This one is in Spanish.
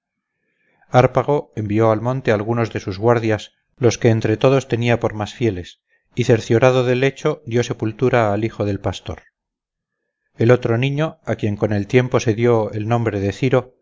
hárpago envió al monte algunos de sus guardias los que entre todos tenía por más fieles y cerciorado del hecho dio sepultura al hijo del pastor el otro niño a quien con el tiempo se dio el nombre de ciro